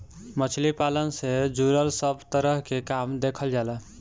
मछली पालन से जुड़ल सब तरह के काम देखल जाला